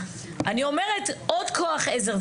אני אומרת שעוד כוח עזר,